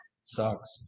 sucks